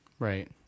Right